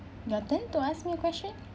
your turn to ask me a question